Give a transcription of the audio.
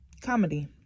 comedy